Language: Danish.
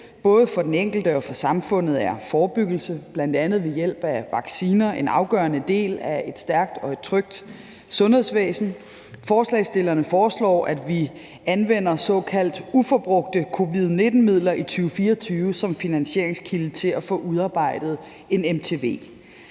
Både for den enkelte og for samfundet er forebyggelse, bl.a. ved hjælp af vacciner, en afgørende del af et stærkt og et trygt sundhedsvæsen. Forslagsstillerne foreslår, at vi anvender såkaldt uforbrugte covid-19-midler i 2024 som finansieringskilde til at få udarbejdet en MTV.